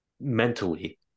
mentally